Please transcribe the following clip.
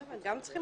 בסדר, גם צריכים